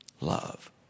Love